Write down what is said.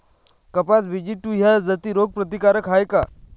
कपास BG two ह्या जाती रोग प्रतिकारक हाये का?